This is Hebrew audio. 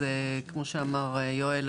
אז כמו שאמר יואל,